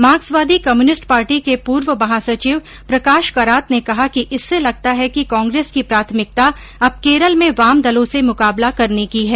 मार्क्सवादी communist party के पूर्व महासचिव प्रकाश करात ने कहा कि इससे लगता है कि कांग्रेस की प्राथमिकता अब केरल में वाम दलों से मुकाबला करने की है